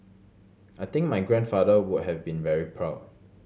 I think my grandfather would have been very proud